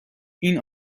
این